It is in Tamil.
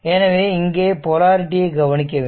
எனவே இங்கே போலரிட்டியை கவனிக்க வேண்டும்